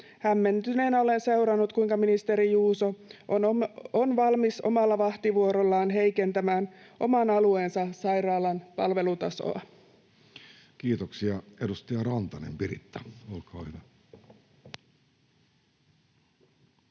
Hämmentyneenä olen seurannut, kuinka ministeri Juuso on valmis omalla vahtivuorollaan heikentämään oman alueensa sairaalan palvelutasoa. [Speech 266] Speaker: Jussi Halla-aho